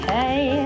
Okay